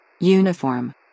Uniform